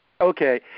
Okay